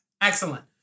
Excellent